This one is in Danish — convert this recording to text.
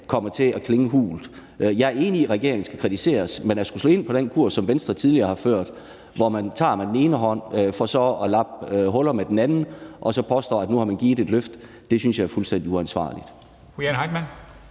kommer til at klinge hult. Jeg er enig i, at regeringen skal kritiseres, men at slå ind på den kurs, som Venstre tidligere har ført, hvor man tager med den ene hånd for så at lappe huller med den anden og påstå, at nu har man givet et løft, synes jeg er fuldstændig uansvarligt.